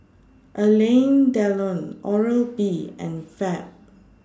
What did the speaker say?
Alain Delon Oral B and Fab